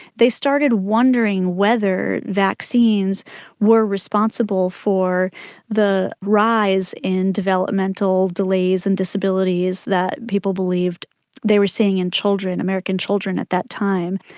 they started wondering whether vaccines were responsible for the rise in developmental delays and disabilities that people believed they were seeing in children, american children at that time.